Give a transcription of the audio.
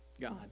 God